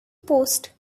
post